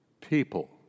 People